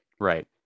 Right